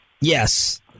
Yes